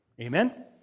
Amen